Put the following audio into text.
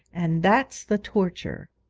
and that's the torture.